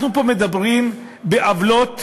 אנחנו מדברים פה בעוולות